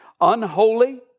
unholy